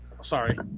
sorry